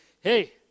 Hey